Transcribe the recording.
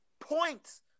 Points